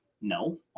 no